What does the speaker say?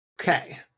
Okay